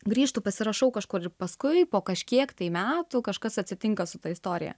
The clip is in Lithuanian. grįžtu pasirašau kažkur paskui po kažkiek metų kažkas atsitinka su ta istorija